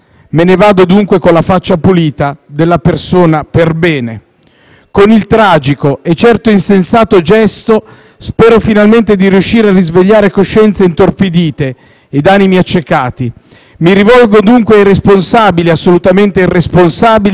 Con il tragico, e certo insensato, gesto, spero finalmente di riuscire a risvegliare coscienze intorpidite ed animi accecati: mi rivolgo dunque ai responsabili, assolutamente irresponsabili, degli istituti di credito, ma anche ai pubblici amministratori e a chi,